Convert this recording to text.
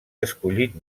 escollit